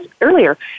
earlier